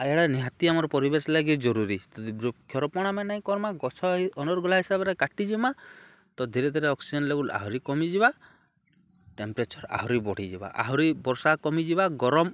ଆଉ ଏଇଡ଼ା ନିହାତି ଆମର ପରିବେଶ ଲାଗି ଜରୁରୀ ବୃକ୍ଷରପଣ ଆେ ନାଇଁ କର୍ମା ଗଛଇ ଅନୁୁରଗୋଲା ହିସାବରେ କାଟିଯମା ତ ଧୀରେ ଧୀରେ ଅକ୍ସିଜେନ୍ ଲେବୁଲ୍ ଆହୁରି କମିଯିବା ଟେମ୍ପ୍ରେଚର୍ ଆହୁରି ବଢ଼ିଯିବା ଆହୁରି ବର୍ଷା କମିଯିବା ଗରମ